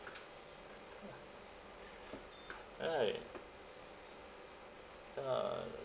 right ya